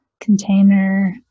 container